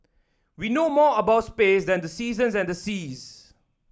we know more about space than the seasons and the seas